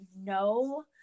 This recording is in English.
No